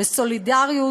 לסולידריות?